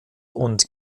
und